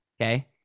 Okay